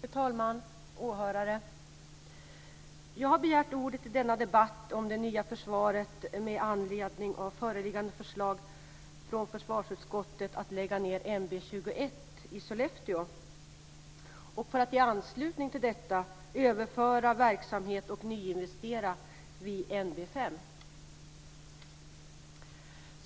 Fru talman! Åhörare! Jag har begärt ordet i denna debatt om det nya försvaret med anledning av föreliggande förslag från försvarsutskottet att lägga ned